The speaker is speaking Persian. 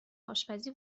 آشپزی